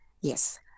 Yes